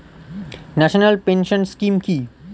National pension scheme কি?